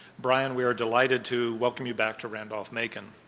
brian we are delighted to welcome you back to randolph-macon.